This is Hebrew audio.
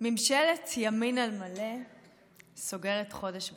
ממשלת ימין על מלא סוגרת חודש בשלטון.